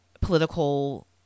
political